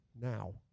now